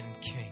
King